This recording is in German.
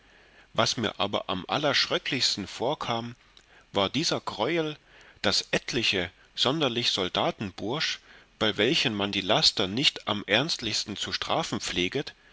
was mir aber am allererschröcklichsten vorkam war dieser greuel daß etliche sonderlich soldatenbursch bei welchen man die laster nicht am ernstlichsten zu strafen pfleget